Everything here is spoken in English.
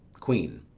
queen.